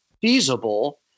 feasible